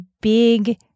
big